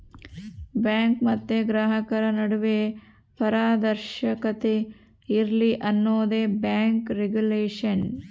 bank ಮತ್ತೆ ಗ್ರಾಹಕರ ನಡುವೆ ಪಾರದರ್ಶಕತೆ ಇರ್ಲಿ ಅನ್ನೋದೇ ಬ್ಯಾಂಕ್ ರಿಗುಲೇಷನ್